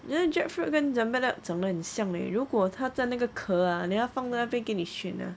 那个 jackfruit 跟 cempedak 长得很像 eh 如果他拔掉那个壳 ah 放在那边给你选 ah